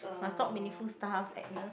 must talk meaningful stuff Agnes